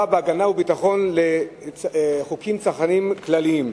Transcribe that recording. בהגנה וביטחון לחוקים צרכניים כלליים.